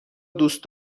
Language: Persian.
دوست